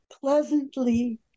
pleasantly